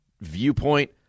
viewpoint